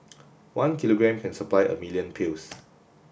one kilogram can supply a million pills